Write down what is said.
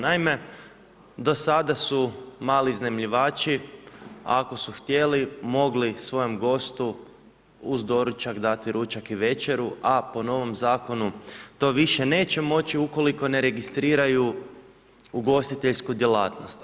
Naime, do sada su mali iznajmljivači ako su htjeli mogli svojem gostu uz doručak dati ručak i večeru, a po novom Zakonu to više neće moći ukoliko ne registriraju ugostiteljsku djelatnost.